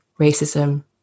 racism